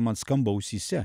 man skamba ausyse